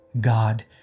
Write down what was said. God